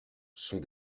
sont